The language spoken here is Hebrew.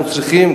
אנחנו צריכים,